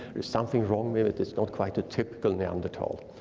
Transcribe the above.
there's something wrong with it, it's not quite a typical neanderthal.